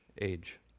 age